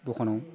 दखानाव